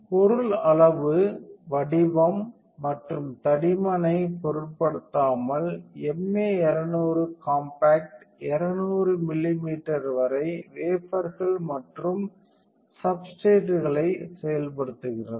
பொருள் அளவு வடிவம் மற்றும் தடிமன் ஐ பொருட்படுத்தாமல் MA 200 காம்பாக்ட் 200 மில்லிமீட்டர் வரை வேபர்கள் மற்றும் சப்ஸ்டேர்ட்களை செயல்படுத்துகிறது